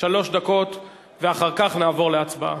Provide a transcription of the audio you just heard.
שלוש דקות, ואחר כך נעבור להצבעה,